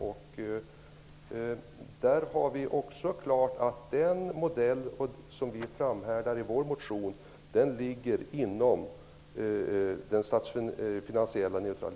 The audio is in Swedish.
Av dess beräkningar framgår klart att den modell som vi framför i vår motion är finansiellt neutral.